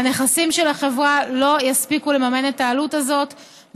הנכסים של החברה לא יספיקו לממן את העלות הזאת,